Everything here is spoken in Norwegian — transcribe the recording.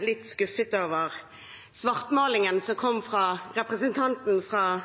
litt skuffet over svartmalingen som kom fra representanten fra